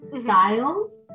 styles